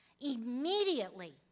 Immediately